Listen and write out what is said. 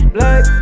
Black